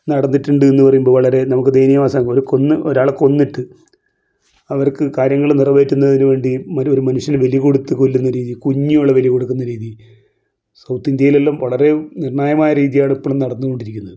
നടന്നിട്ടുണ്ടെന്ന് പറയുമ്പോൾ വളരെ നമുക്ക് കൊന്ന് ഒരാളെ കൊന്നിട്ട് അവർക്ക് കാര്യങ്ങൾ നിറവേറ്റുന്നതിന് വേണ്ടി വെറും ഒരു മനുഷ്യനെ ബലി കൊടുത്ത് കൊല്ലുന്ന രീതി കുഞ്ഞുങ്ങളെ ബലി കൊടുക്കുന്ന രീതി സൗത്ത് ഇന്ത്യയിലെല്ലാം വളരെ നിർണ്ണായകമായ രീതിയാണ് ഇപ്പോഴും നടന്നുകൊണ്ടിരിക്കുന്നത്